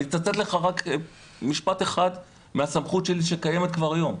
אני אצטט לך רק משפט אחד מהסמכות שלי שקיימת כבר היום: